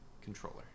controller